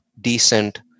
decent